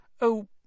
Oh